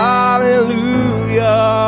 Hallelujah